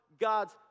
God's